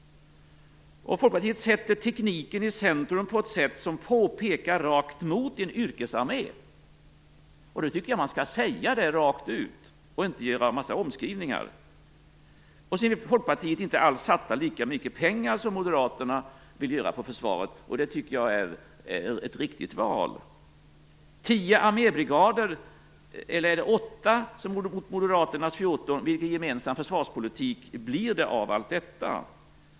Folkpartiet sätter tekniken i centrum på ett sätt som pekar rakt mot en yrkesarmé, och då tycker jag att man skall säga det rakt ut och inte göra en massa omskrivningar. Folkpartiet vill inte satsa lika mycket pengar på försvaret som Moderaterna, och det tycker jag är ett riktigt val. Man förespråkar tio armébrigader - eller är det åtta? - att jämföra med Moderaternas 14. Vilken gemensam försvarspolitik blir det av detta?